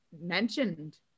Mentioned